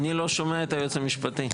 אני לא שומע את היועץ המשפטי.